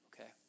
okay